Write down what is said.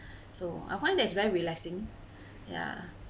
so I find that it's very relaxing ya